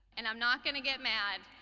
and i'm not going to get mad.